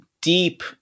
deep